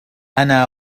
أنا